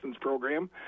program